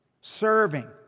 serving